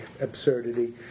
absurdity